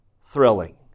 thrilling